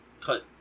cut